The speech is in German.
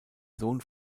sohn